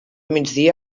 migdia